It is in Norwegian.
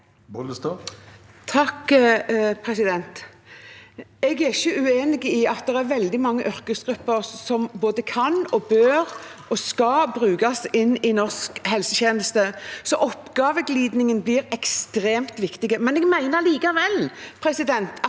(KrF) Jeg er ikke uenig i at det er veldig mange yrkesgrupper som både kan og bør og skal brukes inn i norsk helsetjeneste, så oppgaveglidningen blir ekstremt viktig. Men jeg mener likevel at det